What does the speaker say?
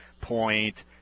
Point